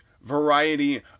variety